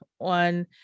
on